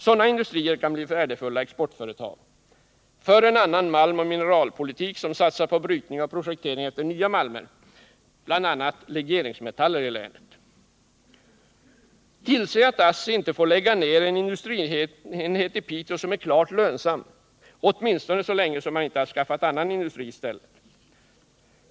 Sådana industrier kan bli värdefulla exportföretag. Och för en annan malmoch mineralpolitik som satsar på brytning och prospektering efter nya | malmer, bl.a. legeringsmetaller, i länet. Tillse att ASSI inte får lägga ner en industrienhet i Piteå som är klart lönsam, åtminstone inte innan man skaffat annan industri i stället.